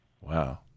Wow